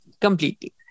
completely